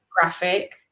graphic